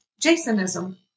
Jasonism